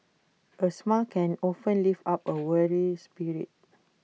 A smile can often lift up A weary spirit